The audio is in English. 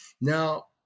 Now